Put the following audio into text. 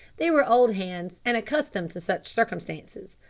they were old hands, and accustomed to such circumstances.